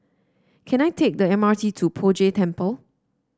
can I take the M R T to Poh Jay Temple